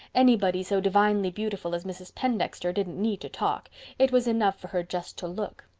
anybody so divinely beautiful as mrs. pendexter didn't need to talk it was enough for her just to look.